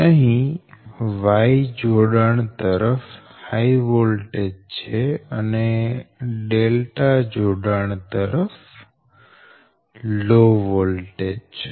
અહી Y જોડાણ તરફ હાય વોલ્ટેજ છે અને જોડાણ તરફ લો વોલ્ટેજ છે